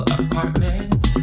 apartment